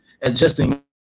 adjusting